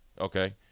okay